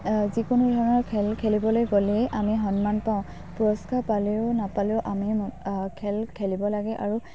যিকোনো ধৰণৰ খেল খেলিবলৈ গ'লেই আমি সন্মান পাওঁ পুৰস্কাৰ পালেও নাপালেও আমি খেল খেলিব লাগে আৰু